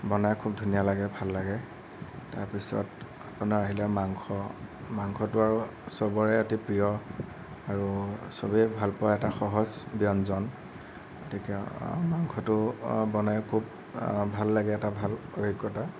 বনাই খুব ধুনীয়া লাগে ভাল লাগে তাৰ পিছত আপোনাৰ আহিলে মাংস মাংসটো আৰু চবৰে অতি প্ৰিয় আৰু চবে ভালপোৱা এটা সহজ ব্যঞ্জন গতিকে মাংসটো বনাই খুব ভাল লাগে এটা ভাল অভিজ্ঞতা